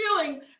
feeling